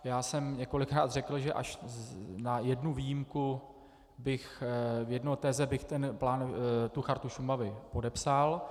Já jsem několikrát řekl, že až na jednu výjimku jedné teze bych ten plán, tu Chartu Šumavy podepsal.